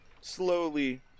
slowly